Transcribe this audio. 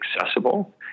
accessible